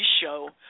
show